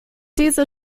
diese